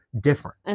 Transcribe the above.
different